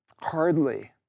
Hardly